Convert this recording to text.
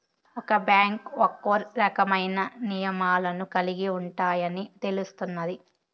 ఒక్క బ్యాంకు ఒక్కో రకమైన నియమాలను కలిగి ఉంటాయని తెలుస్తున్నాది